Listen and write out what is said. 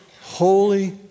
holy